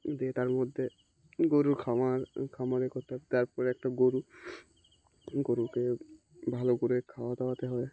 দিয়ে তার মধ্যে গরুর খামার খামারে করতে তারপরে একটা গরু গরুকে ভালো করে খাওয়া দাওয়াতে হয়